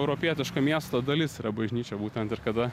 europietiško miesto dalis yra bažnyčia būtent ir kada